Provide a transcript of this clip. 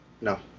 No